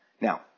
Now